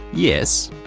yes.